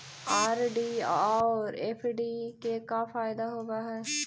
RD और FD के का फायदा होव हई?